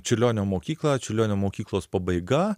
čiurlionio mokyklą čiurlionio mokyklos pabaiga